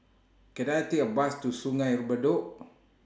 Can I Take A Bus to Sungei Bedok